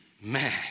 man